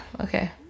okay